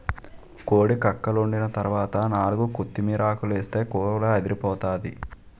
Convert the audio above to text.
కోడి కక్కలోండిన తరవాత నాలుగు కొత్తిమీరాకులేస్తే కూరదిరిపోతాది